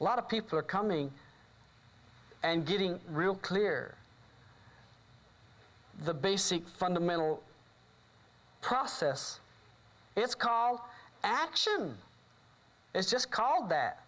a lot of people are coming and getting real clear the basic fundamental process it's called action it's just called that